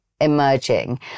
emerging